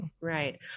right